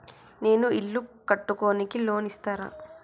నేను ఇల్లు కట్టుకోనికి లోన్ ఇస్తరా?